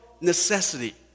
necessity